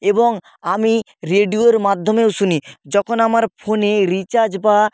এবং আমি রেডিওর মাধ্যমেও শুনি যখন আমার ফোনে রিচার্জ বা